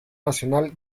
nacional